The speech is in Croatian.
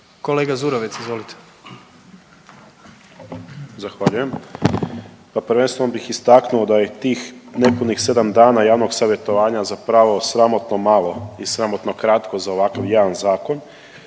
**Zurovec, Dario (Fokus)** Zahvaljujem. Pa prvenstveno bih istaknuo da je i tih nepunih 7 dana javnog savjetovanja zapravo sramotno malo i sramotno kratko za ovakav jedan zakon.